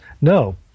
No